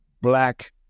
black